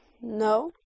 no